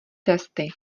testy